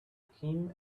him